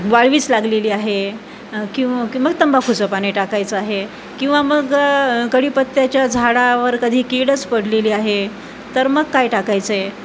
वाळवीच लागलेली आहे की की मग तंबाखुचं पाणी टाकायचं आहे किंवा मग कढीपत्त्याच्या झाडावर कधी कीडच पडलेली आहे तर मग काय टाकायचं आहे